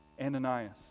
Ananias